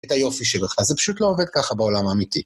את היופי שלך, זה פשוט לא עובד ככה בעולם האמיתי.